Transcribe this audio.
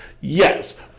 Yes